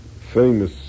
Famous